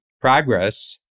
progress